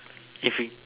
if we